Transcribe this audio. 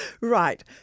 Right